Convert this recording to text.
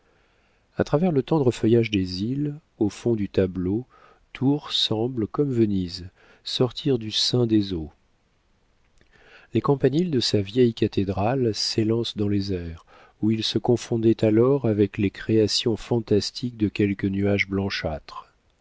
a travers le tendre feuillage des îles au fond du tableau tours semble comme venise sortir du sein des eaux les campaniles de sa vieille cathédrale s'élancent dans les airs où ils se confondaient alors avec les créations fantastiques de quelques nuages blanchâtres